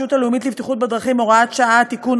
הלאומית לבטיחות בדרכים (הוראת שעה) (תיקון),